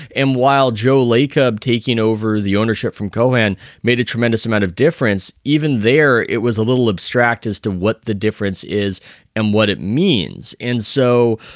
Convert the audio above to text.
and while joli cub taking over the ownership from cohan made a tremendous amount of difference. even there, it was a little abstract as to what the difference is and what it means. and so,